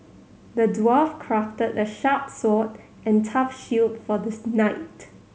the dwarf crafted a sharp sword and tough shield for the knight